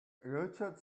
rachid